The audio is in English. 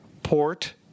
Port